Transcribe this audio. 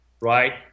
Right